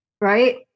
right